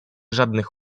żadnych